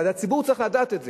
והציבור צריך לדעת את זה,